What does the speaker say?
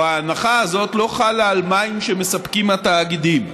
ההנחה הזאת לא חלה על מים שמספקים התאגידים.